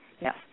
yes